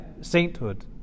sainthood